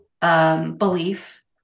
belief